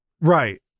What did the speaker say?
Right